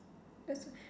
but uncle has two kids